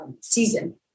season